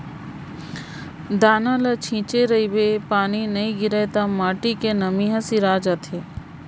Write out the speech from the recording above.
दाना ल छिंचे रहिबे पानी नइ गिरय त माटी के नमी ह सिरा जाथे